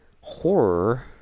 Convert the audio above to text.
horror